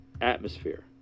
atmosphere